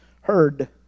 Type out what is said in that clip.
heard